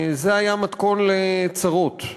זה היה מתכון לצרות.